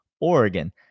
oregon